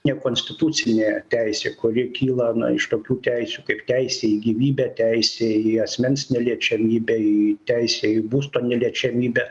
nekonstitucinė teisė kuri kyla iš tokių teisių kaip teisė į gyvybę teisė į asmens neliečiamybę į teisę į būsto neliečiamybę